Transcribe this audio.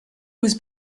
was